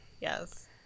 yes